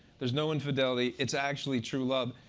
there's no infidelity. it's actually true love.